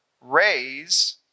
raise